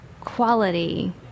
quality